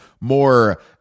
more